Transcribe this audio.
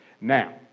Now